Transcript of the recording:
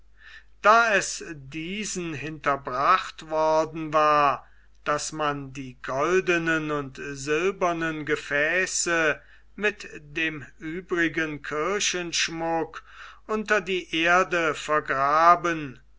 da es diesen hinterbracht worden war daß man die goldenen und silbernen gefäße mit dem übrigen kirchenschmuck unter die erde vergraben